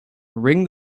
ring